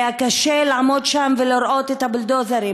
היה קשה לעמוד שם ולראות את הבולדוזרים